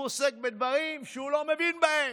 הוא עוסק בדברים שהוא לא מבין בהם.